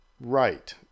right